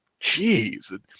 Jeez